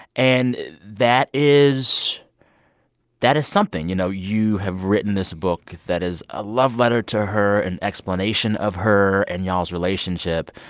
and that is that is something. you know, you have written this book that is a love letter to her, an explanation of her and y'all's relationship.